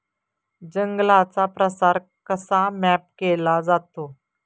जंगलांचा प्रसार कसा मॅप केला जातो?